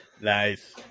Nice